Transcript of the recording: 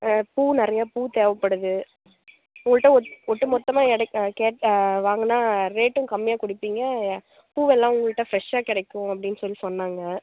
பூ நிறைய பூ தேவைப்படுது உங்கள்ட்ட ஒட்டு மொத்தமாக எடைக்கு கேட்டேன் வாங்கினா ரேட்டும் கம்மியாக கொடுப்பீங்க பூவெல்லாம் உங்கள்ட்ட ஃப்ரெஷ்ஷாக கிடைக்கும் அப்டின்னு சொல்லி சொன்னாங்க